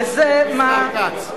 השר כץ.